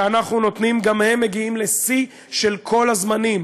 המלגות שאנחנו נותנים גם הן מגיעות לשיא של כל הזמנים.